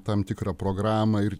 tam tikrą programą ir